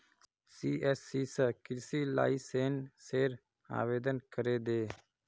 CSC स कृषि लाइसेंसेर आवेदन करे दे